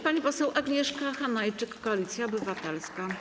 Pani poseł Agnieszka Hanajczyk, Koalicja Obywatelska.